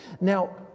Now